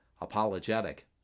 apologetic